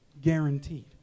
guaranteed